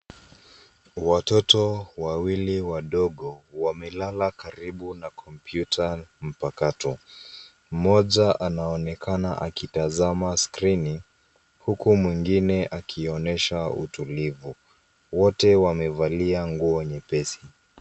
Watoto wawili wadogo, wamelala karibu na kompyuta mpakato. Mmoja anaonekana akitazama skrini, huku mwingine akionyesha utulivu. Wote wamevalia nguo nyepesi.